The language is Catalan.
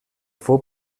fou